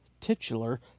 titular